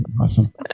awesome